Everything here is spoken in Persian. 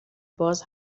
باز